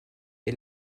est